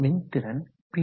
மின்திறன் பி